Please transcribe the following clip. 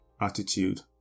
attitude